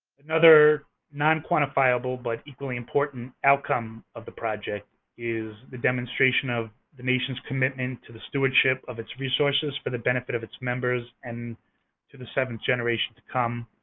another non-quantifiable but equally important outcome of the project is the demonstration of the nation's commitment to the stewardship of its resources for the benefit of its members and to the seventh generation to come,